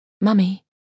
Mummy